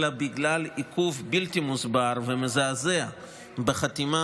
אלא בגלל עיכוב בלתי מוסבר ומזעזע בחתימה